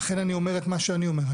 ולכן אני אומר את מה שאני אומר.